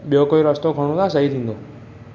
ॿियो कोई रस्तो खणूं था सही थींदो